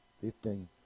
Fifteen